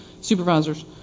supervisors